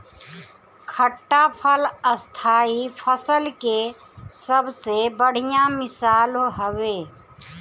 खट्टा फल स्थाई फसल के सबसे बढ़िया मिसाल हवे